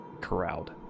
corralled